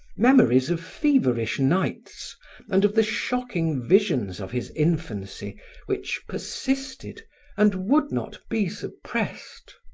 memories of feverish nights and of the shocking visions of his infancy which persisted and would not be suppressed.